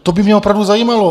To by mě opravdu zajímalo.